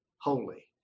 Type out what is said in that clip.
holy